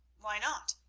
why not?